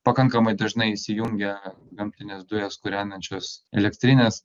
pakankamai dažnai įsijungia gamtines dujas kūrenančios elektrinės